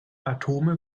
atome